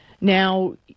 Now